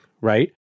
right